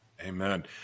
Amen